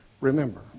Remember